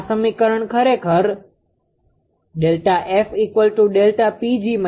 આ સમીકરણ ખરેખર છે